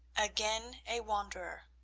again a wanderer.